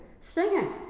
singing